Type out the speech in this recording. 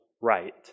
right